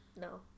No